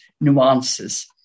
nuances